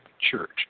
Church